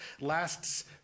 lasts